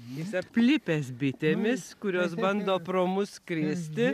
jis aplipęs bitėmis kurios bando pro mus skristi